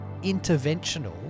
interventional